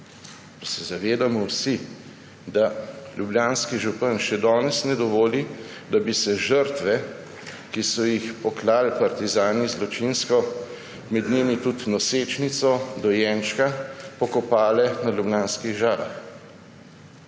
Pa se zavedamo vsi, da ljubljanski župan še danes ne dovoli, da bi se žrtve, ki so jih zločinsko poklali partizani, med njimi tudi nosečnico, dojenčka, pokopale na ljubljanskih Žalah.